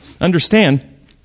Understand